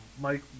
Mike